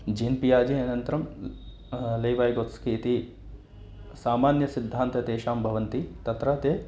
जेन् पिआजे अनन्तरं Lev Vygotsky इति सामान्यः सिद्धान्तः तेषां भवन्ति तत्र ते